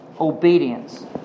Obedience